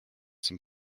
some